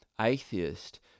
atheist